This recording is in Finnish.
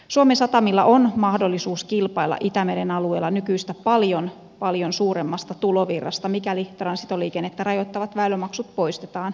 suomen satamilla on mahdollisuus kilpailla itämeren alueella nykyistä paljon paljon suuremmasta tulovirrasta mikäli transitoliikennettä rajoittavat väylämaksut poistetaan